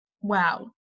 Wow